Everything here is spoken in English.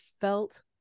felt